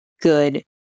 good